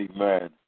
Amen